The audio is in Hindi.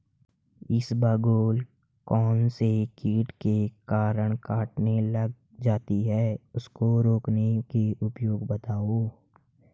इसबगोल कौनसे कीट के कारण कटने लग जाती है उसको रोकने के उपाय बताओ?